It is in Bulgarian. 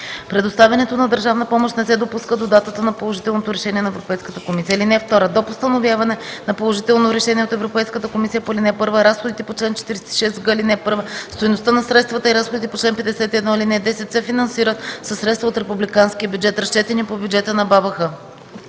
Предоставянето на държавна помощ не се допуска до датата на положителното решение на Европейската комисия. (2) До постановяване на положително решение от Европейската комисия по ал. 1 разходите по чл. 46г, ал. 1, стойността на средствата и разходите по чл. 51, ал. 10 се финансират със средства от републиканския бюджет, разчетени по бюджета на БАБХ.”